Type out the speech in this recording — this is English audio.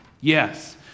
Yes